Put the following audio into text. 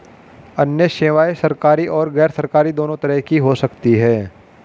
अन्य सेवायें सरकारी और गैरसरकारी दोनों तरह की हो सकती हैं